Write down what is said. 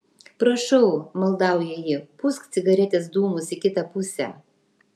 prašau maldauja ji pūsk cigaretės dūmus į kitą pusę